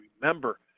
remember